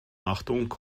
achtung